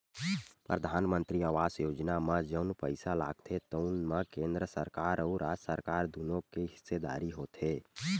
परधानमंतरी आवास योजना म जउन पइसा लागथे तउन म केंद्र सरकार अउ राज सरकार दुनो के हिस्सेदारी होथे